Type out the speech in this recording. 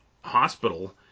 hospital